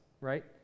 right